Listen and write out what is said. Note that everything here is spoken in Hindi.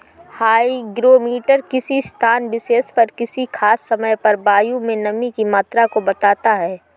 हाईग्रोमीटर किसी स्थान विशेष पर किसी खास समय पर वायु में नमी की मात्रा को बताता है